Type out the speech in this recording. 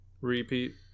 repeat